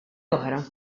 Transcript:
oħra